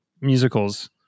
musicals